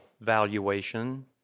valuation